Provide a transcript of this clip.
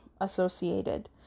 associated